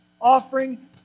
offering